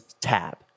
tab